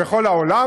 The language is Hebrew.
ובכל העולם?